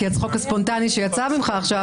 כי הצחוק הספונטני שיצא ממך עכשיו,